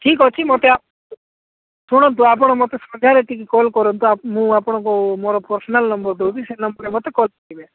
ଠିକ୍ ଅଛି ମୋତେ ଶୁଣନ୍ତୁ ଆପଣ ମୋତେ ସନ୍ଧ୍ୟାରେ ଟିକେ କଲ୍ କରନ୍ତୁ ମୁଁ ଆପଣଙ୍କୁ ମୋର ପର୍ସନାଲ ନମ୍ବର ଦେଉଛି ସେଇ ନମ୍ବରରେ ମୋତେ କଲ୍ କରିବେ